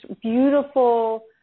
beautiful